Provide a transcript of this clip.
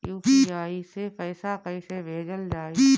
UPI से पैसा कइसे भेजल जाई?